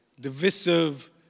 Divisive